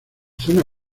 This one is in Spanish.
zona